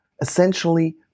essentially